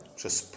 przez